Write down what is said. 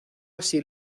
así